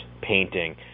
painting